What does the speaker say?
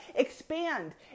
Expand